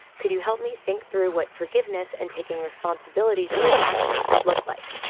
could you help me think through what forgiveness and taking responsibility for his actions could look like?